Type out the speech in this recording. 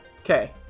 Okay